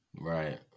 Right